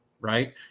right